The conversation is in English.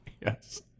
Yes